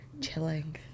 Chilling